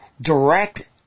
direct